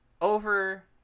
over